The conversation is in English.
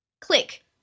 Click